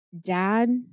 Dad